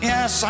Yes